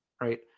right